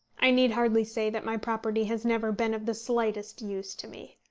i need hardly say that my property has never been of the slightest use to me.